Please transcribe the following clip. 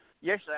Yes